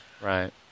Right